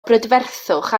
brydferthwch